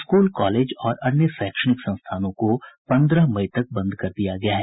school college और अन्य शैक्षणिक संस्थानों को पंद्रह मई तक बंद कर दिया गया है